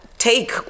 take